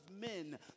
men